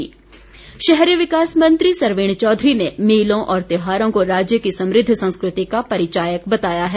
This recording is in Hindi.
सरवीण चौघरी शहरी विकास मंत्री सरवीण चौधरी ने मेलों और त्योहारों को राज्य की समृद्ध संस्कृति का परिचायक बताया है